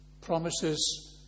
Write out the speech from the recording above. promises